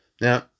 Now